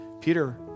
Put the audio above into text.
Peter